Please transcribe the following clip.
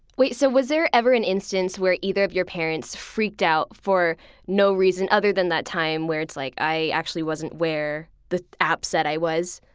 so was there ever an instance where either of your parents freaked out for no reason other than that time where it's like, i actually wasn't where the app said i was?